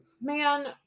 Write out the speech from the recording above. man